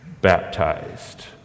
baptized